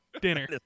dinner